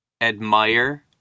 admire